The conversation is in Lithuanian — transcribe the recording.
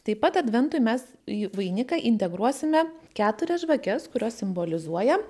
taip pat adventui mes į vainiką integruosime keturias žvakes kurios simbolizuoja